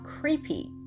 creepy